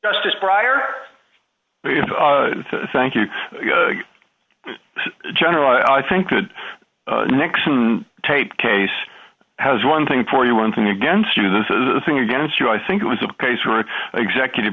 as prior thank you general i think that nixon tape case has one thing for you one thing against you this is a thing against you i think it was a case where the executive